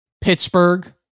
Pittsburgh